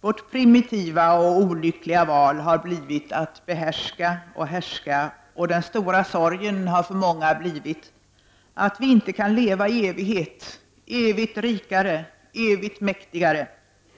Vårt primitiva och olyckliga val har blivit att behärska och härska, och den stora sorgen har för många blivit att vi inte kan leva i evighet, evigt rikare, evigt mäktigare.